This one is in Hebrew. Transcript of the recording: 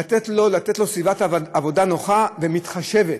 נותנת לו סביבת עבודה נוחה ומתחשבת.